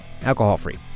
Alcohol-free